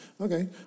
Okay